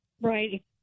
Right